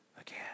again